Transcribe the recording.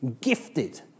gifted